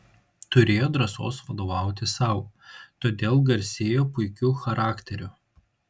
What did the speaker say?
turėjo drąsos vadovauti sau todėl garsėjo puikiu charakteriu